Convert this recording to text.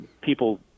people